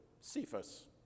Cephas